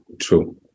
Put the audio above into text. true